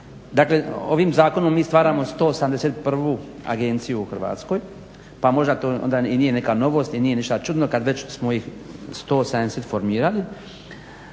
Dakle, ovim zakonom mi stvaramo 171 agenciju u Hrvatskoj pa možda to i nije neka novost i nije ništa čudno kad već smo ih 170 formirali,